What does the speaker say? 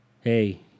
hey